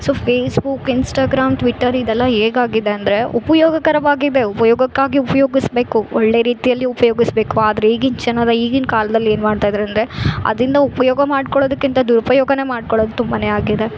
so Facebook Instagram Twitter ಇದೆಲ್ಲ ಹೇಗಾಗಿದೆ ಅಂದರೆ ಉಪಯೋಗಕರವಾಗಿದೆ ಉಪಯೋಗಕ್ಕಾಗಿ ಉಪ್ಯೋಗಿಸ್ಬೇಕು ಒಳ್ಳೆ ರೀತಿಯಲ್ಲಿ ಉಪ್ಯೋಗಿಸ್ಬೇಕು ಆದರೆ ಈಗಿನ ಜನರ ಈಗಿನ ಕಾಲದಲ್ಲಿ ಏನ್ಮಾಡ್ತಿದಾರೆ ಅಂದರೆ ಅದ್ರಿಂದ ಉಪಯೋಗ ಮಾಡ್ಕೊಳ್ಳೋದಕ್ಕಿಂತ ದುರುಪಯೋಗ ಮಾಡ್ಕೊಳೋದು ತುಂಬಾ ಆಗಿದೆ